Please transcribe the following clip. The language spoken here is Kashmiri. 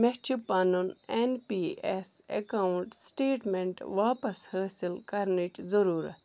مےٚ چھِ پَنُن N P S account statement واپس حٲصِل کَرنٕچ ضٔروٗرت